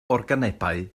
organebau